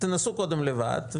תנסו קודם לבד,